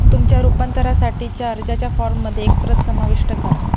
तुमच्या रूपांतरासाठीच्या अर्जाच्या फॉर्ममध्ये एक प्रत समाविष्ट करा